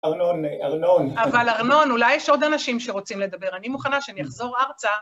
ארנון, ארנון. אבל ארנון, אולי יש עוד אנשים שרוצים לדבר. אני מוכנה שאני אחזור ארצה.